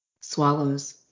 swallows